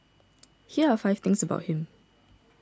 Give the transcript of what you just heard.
here are five things about him